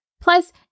Plus